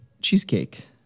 cheesecake